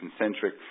concentric